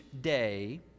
day